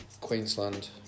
Queensland